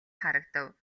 харагдав